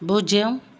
பூஜ்ஜியம்